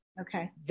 Okay